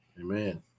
Amen